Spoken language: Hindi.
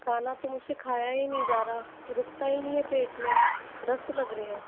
खाना तो मुझ से खाया ही नहीं जा रहा रुकता ही नहीं है पेट में दस्त लग रहे हैं